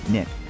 Nick